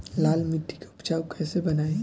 लाल मिट्टी के उपजाऊ कैसे बनाई?